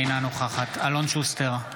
אינה נוכחת אלון שוסטר,